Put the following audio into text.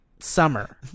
summer